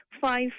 five